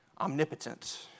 omnipotent